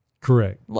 Correct